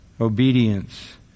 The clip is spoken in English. obedience